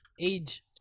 Age